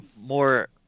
more